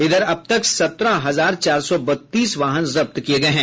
इधर अब तक सत्रह हजार चार सौ बत्तीस वाहन जब्त किये गये हैं